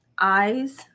Eyes